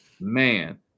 Man